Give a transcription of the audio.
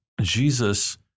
Jesus